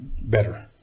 better